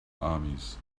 armies